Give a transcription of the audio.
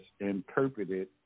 interpreted